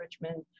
Richmond